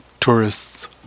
tourists